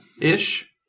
Ish